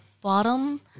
bottom